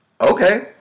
okay